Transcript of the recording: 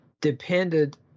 depended